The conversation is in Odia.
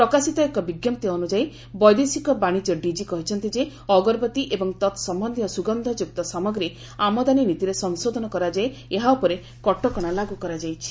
ପ୍ରକାଶିତ ଏକ ବିଞ୍ଜପ୍ତି ଅନୁଯାୟୀ ବୈଦେଶିକ ବାଣିଜ୍ୟ ଡିଜି କହିଛନ୍ତି ଯେ ଅଗରବତୀ ଏବଂ ତତ୍ ସମ୍ୟନ୍ଧୀୟ ସୁଗନ୍ଧଯୁକ୍ତ ସାମଗ୍ରୀ ଆମଦାନୀ ନୀତିରେ ସଂଶୋଧନ କରାଯାଇ ଏହା ଉନରେ କଟକଣା ଲାଗୁ କରାଯାଇଛି